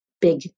big